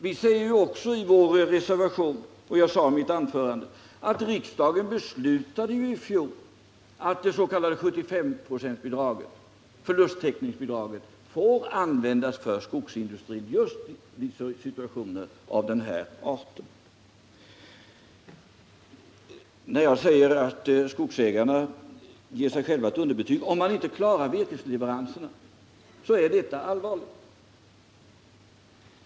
Vi säger också i vår reservation — och jag har sagt det i mitt anförande — att riksdagen i fjol beslutade att det s.k. 75 procentsbidraget, förlusttäckningsbidraget, får användas av industrin just i situationer av denna art. När jag säger att skogsägarna ger sig själva ett underbetyg om de inte klarar virkesleveranserna, så är detta allvarligt.